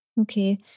okay